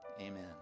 amen